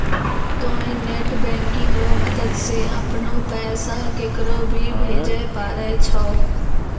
तोंय net banking रो मदद से अपनो पैसा केकरो भी भेजै पारै छहो